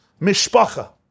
mishpacha